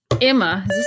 Emma